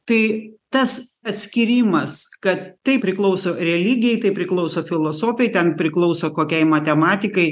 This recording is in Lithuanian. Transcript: tai tas atskyrimas kad tai priklauso religijai tai priklauso filosofei ten priklauso kokiai matematikai